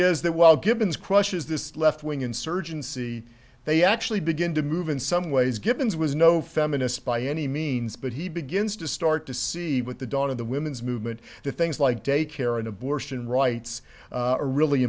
is that while givens crushes this left wing insurgency they actually begin to move in some ways givens was no feminist by any means but he begins to start to see with the dawn of the women's movement the things like daycare and abortion rights are really